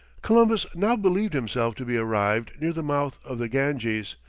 columbus now believed himself to be arrived near the mouth of the ganges,